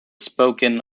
spoken